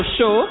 Show